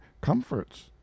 comforts